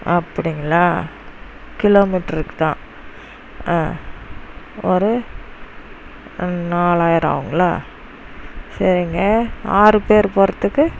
அப்படிங்களா கிலோமீட்டருக்கு தான் ஒரு நாலாயிரம் ஆகுங்களா சரிங்க ஆறு பேர் போகிறதுக்கு